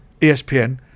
espn